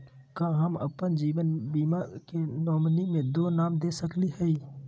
का हम अप्पन जीवन बीमा के नॉमिनी में दो नाम दे सकली हई?